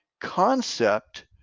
concept